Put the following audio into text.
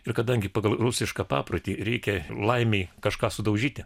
ir kadangi pagal rusišką paprotį reikia laimei kažką sudaužyti